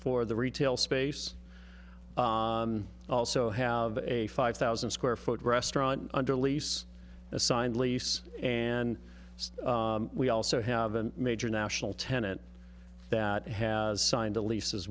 for the retail space also have a five thousand square foot restaurant under lease a signed lease and we also have a major national tenant that has signed the lease as